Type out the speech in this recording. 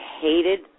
hated